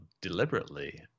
deliberately